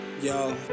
Yo